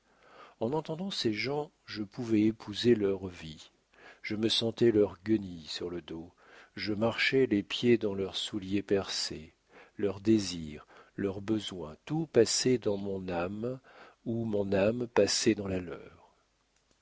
en entendant ces gens je pouvais épouser leur vie je me sentais leurs guenilles sur le dos je marchais les pieds dans leurs souliers percés leurs désirs leurs besoins tout passait dans mon âme ou mon âme passait dans la leur